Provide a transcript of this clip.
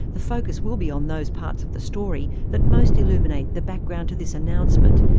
the focus will be on those parts of the story that most illuminate the background to this announcement,